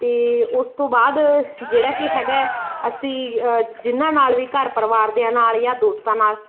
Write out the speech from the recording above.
ਅਤੇ ਉਸ ਤੋਂ ਬਾਅਦ ਜਿਹੜਾ ਕਿ ਹੈਗਾ ਅਸੀਂ ਜਿਹਨਾਂ ਨਾਲ ਵੀ ਘਰ ਪਰਿਵਾਰ ਦਿਆਂ ਨਾਲ ਜਾਂ ਦੋਸਤਾਂ ਨਾਲ